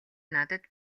надад